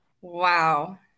wow